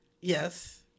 Yes